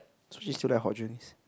so she still likes hot drinks